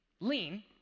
lean